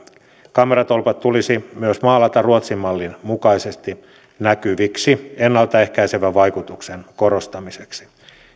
kameratolpat tulisi myös maalata ruotsin mallin mukaisesti näkyviksi ennalta ehkäisevän vaikutuksen korostamiseksi